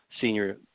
senior